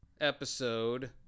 episode